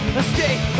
escape